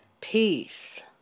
peace